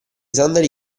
sandali